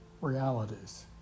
realities